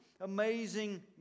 amazing